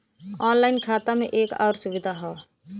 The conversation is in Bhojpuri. ऑनलाइन खाता में एक आउर सुविधा हौ